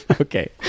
okay